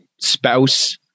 spouse